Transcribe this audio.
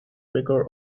figure